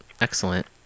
excellent